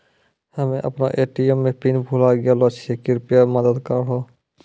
हम्मे अपनो ATM pin भुलाय गेलो छियै, कृपया मदत करहो